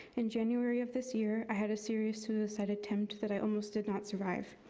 in january of this year, i had a serious suicide attempt that i almost did not survive.